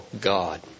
God